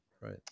right